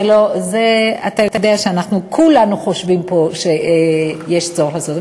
אתה יודע שכולנו פה חושבים שיש צורך לעשות זאת.